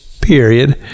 period